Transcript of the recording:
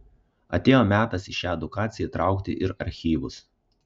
atėjo metas į šią edukaciją įtraukti ir archyvus